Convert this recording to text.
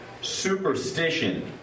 Superstition